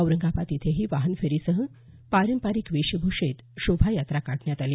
औरंगाबाद इथंही वाहन फेरीसह पारंपरिक वेशभ्षेत शोभायात्रा काढण्यात आली